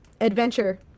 adventure